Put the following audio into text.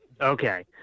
Okay